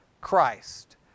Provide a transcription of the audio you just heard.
Christ